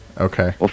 Okay